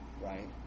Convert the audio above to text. right